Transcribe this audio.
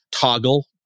Toggle